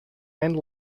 and